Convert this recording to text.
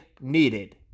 needed